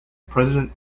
president